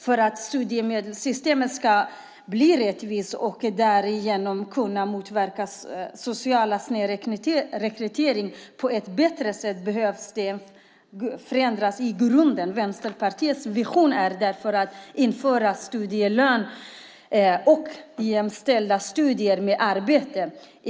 För att studiestödssystemet ska bli rättvist och därigenom kunna motverka social snedrekrytering på ett bättre sätt behöver det förändras i grunden. Vänsterpartiets vision är därför att införa studielön och jämställa studier med arbete.